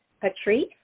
patrice